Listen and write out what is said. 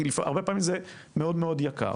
כי הרבה פעמים זה מאוד מאוד יקר,